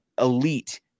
elite